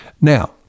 Now